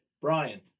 Brian